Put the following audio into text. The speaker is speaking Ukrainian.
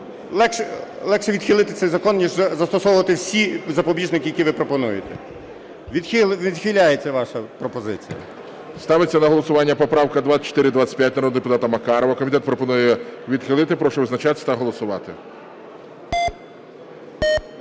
легше відхилити цей закон, ніж застосовувати всі запобіжники, які ви пропонуєте. Відхиляється ваша пропозиція. ГОЛОВУЮЧИЙ. Ставиться на голосування поправка 2425 народного депутата Макарова. Комітет пропонує її відхилити. Прошу визначатись та голосувати.